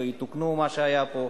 ויתוקן מה שהיה פה.